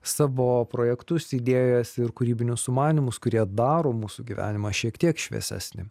savo projektus idėjas ir kūrybinius sumanymus kurie daro mūsų gyvenimą šiek tiek šviesesnį